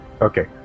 Okay